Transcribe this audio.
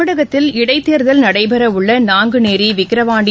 தமிழகத்தில் இடைத்தேர்தல் நடைபெறவுள்ள நாங்குநேரி விக்ரவாண்டி